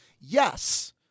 yes